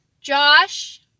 Josh